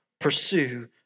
Pursue